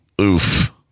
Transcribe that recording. oof